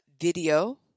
video